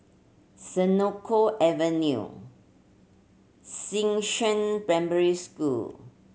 Senoko Avenue Xishan Primary School